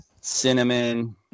Cinnamon